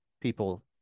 people